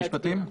משרד המשפטים?